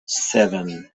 seven